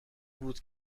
بود